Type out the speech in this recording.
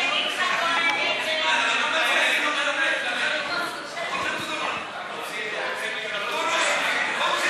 ההצעה להעביר את הנושא לוועדת הכנסת לא נתקבלה.